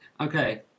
okay